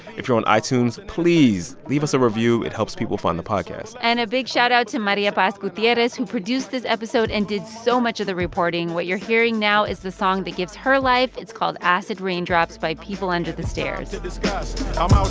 if you're on itunes, please leave us a review. it helps people find the podcast and a big shoutout to maria paz gutierrez, who produced this episode and did so much of the reporting. what you're hearing now is the song that gives her life. it's called acid raindrops by people under the stairs i'm um um